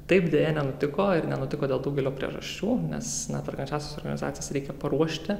taip deja nenutiko ir nenutiko dėl daugelio priežasčių nes na perkančiąsias organizacijas reikia paruošti